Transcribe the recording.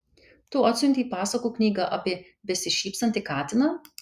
tu atsiuntei pasakų knygą apie besišypsantį katiną